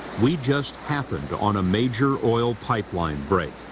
we just happened on a major oil pipeline break.